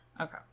Okay